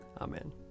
Amen